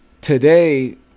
today